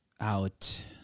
out